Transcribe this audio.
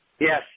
Yes